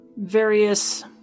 various